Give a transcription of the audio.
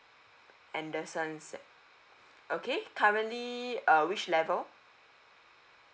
anderson okay currently uh which level